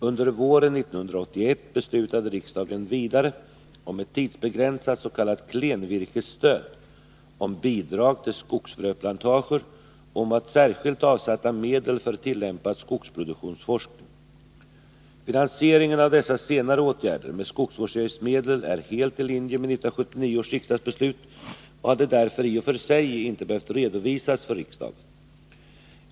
Under våren 1981 beslutade riksdagen vidare om ett tidsbegränsat s.k. klenvirkesstöd, om bidrag till skogsfröplantager och om att särskilt avsätta medel för tillämpad skogsproduktionsforskning. Finansieringen av dessa senare åtgärder med skogsvårdsavgiftsmedel är helt i linje med 1979 års riksdagsbeslut och hade därför i och för sig inte behövt redovisas för riksdagen.